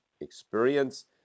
experience